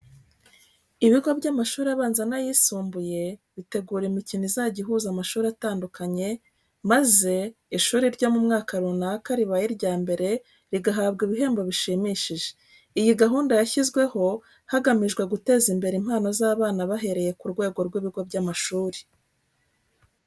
Ibigo by'amashuri abanza n'ayisumbuye bitegura imikino izajya ihuza amashuri atandukanye, maze ishuri ryo mu mwaka runaka ribaye irya mbere rigahabwa ibihembo bishimishije. Iyi gahunda yashyizweho hagamijwe guteza imbere impano z'abana bahereye ku rwego rw'ibigo by'amashuri.